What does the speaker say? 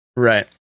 Right